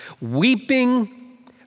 Weeping